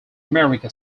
america